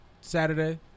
Saturday